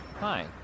Hi